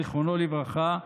זיכרונו לברכה,